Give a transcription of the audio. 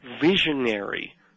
visionary